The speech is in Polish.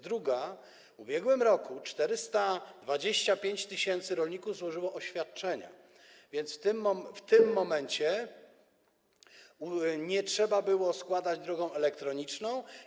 Druga: w ubiegłym roku 425 tys. rolników złożyło oświadczenia, więc w tym momencie nie trzeba było ich składać drogą elektroniczną.